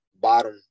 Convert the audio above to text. bottom